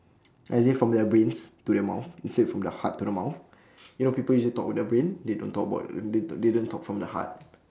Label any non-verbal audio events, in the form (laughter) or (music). as in from their brains to their mouth instead from the heart to their mouth (breath) you know people usually talk with their brain they don't talk about the they d~ they don't talk from the heart